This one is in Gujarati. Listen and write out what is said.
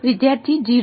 વિદ્યાર્થી 0